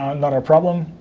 not our problem.